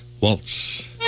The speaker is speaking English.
waltz